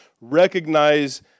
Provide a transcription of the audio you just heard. recognize